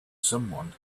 someone